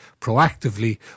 proactively